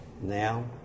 now